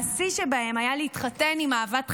והשיא שבהם היה להתחתן עם אהבת חיי,